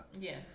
Yes